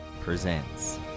Presents